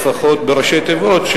לפחות בראשי תיבות,